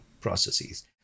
processes